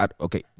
okay